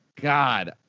God